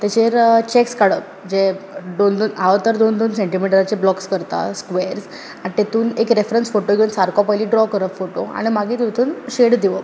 ताचेर चॅक्स काडप हांव तर दोन दोन सॅंटिमिटराचे ब्लॉक्स करत स्क्वेर्ज आनी तातूंत एक फोटो घेवन सारको पयलीं ड्रो करप फोटो आनी मागीर तातूंत शेड दिवप